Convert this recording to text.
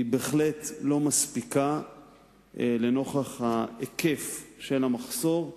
היא בהחלט לא מספיקה לנוכח ההיקף של המחסור,